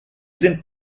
sind